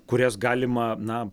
kurias galima na